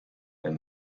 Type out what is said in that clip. and